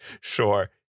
Sure